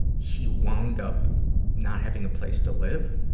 he wound up not having a place to live